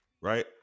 right